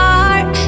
heart